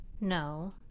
No